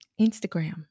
Instagram